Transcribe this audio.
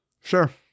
Sure